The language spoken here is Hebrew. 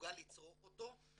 פטריוט ישראלי בכל